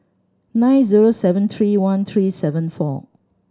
nine zero seven three one three seven four